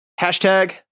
Hashtag